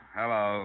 hello